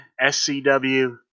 SCW